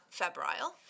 febrile